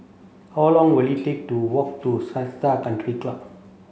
how long will it take to walk to Seletar Country Club